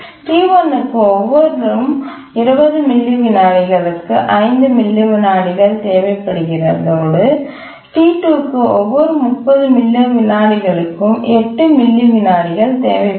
T1 க்கு ஒவ்வொரு 20 milli விநாடிகளுக்கு 5 மில்லி விநாடிகள் தேவைப்படுவதோடு T2 க்கு ஒவ்வொரு 30 மில்லி விநாடிகளுக்கு 8 மில்லி விநாடிகள் தேவைப்படும்